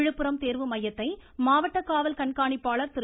விழுப்புரம் தேர்வு மையத்தை மாவட்ட காவல்கண்காணிப்பாளர் திரு